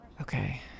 Okay